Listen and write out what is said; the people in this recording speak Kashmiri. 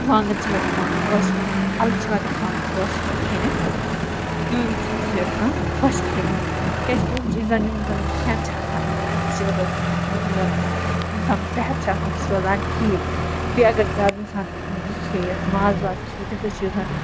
وانٛگَن چھِ مےٚ گَژھان خۄش اَلہٕ چھِ مےٚ گژھان خۄش کھیٚنہِ یِم چیٖز چھِ مےٚ گژھان خۄش کھیٚنہِ کیٛازِکہِ یِم چیٖزَن یِم زَن کھیٚن چھِ آسان اَمہِ سۭتۍ چھِ روزان یُس زَن اِنسان صحت چھُ آسان سُہ چھُ روزان ٹھیٖک بیٚیہِ اَگر زیادٕ اِنسان یہِ کھیٚیہِ ماز واز کھیٚیہِ تَمہِ سۭتۍ چھُ یُس زَن